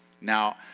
Now